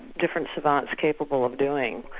different savants capable of doing.